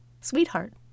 sweetheart